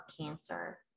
Cancer